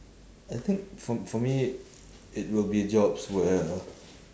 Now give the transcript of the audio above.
I think for for me it will be jobs where uh